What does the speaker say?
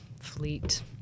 fleet